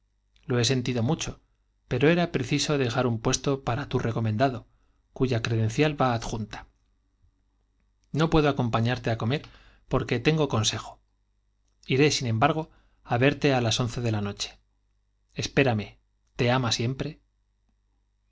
lo he sentido mucho pero era preciso dejar un puesto para tu recomendado cuya credencial va adjunta no puedo acompañarte á comer porque tengo sin á verte á las once de la consejo iré embargo noche espérame te ama siempre